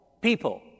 people